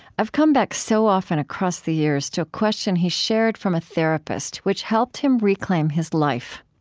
i've come back so often, across the years, to a question he shared from a therapist, which helped him reclaim his life.